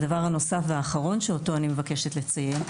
והדבר הנוסף והאחרון שאותו אני מבקשת לציין,